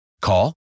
Call